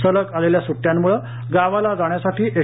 सलग आलेल्या सुट्टयांमुळं गावाला जाण्यासाठी एस